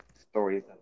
stories